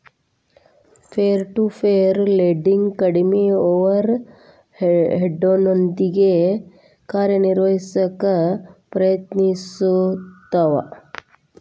peer to peer lending ಕಡ್ಮಿ ಓವರ್ ಹೆಡ್ನೊಂದಿಗಿ ಕಾರ್ಯನಿರ್ವಹಿಸಕ ಪ್ರಯತ್ನಿಸ್ತವ